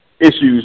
issues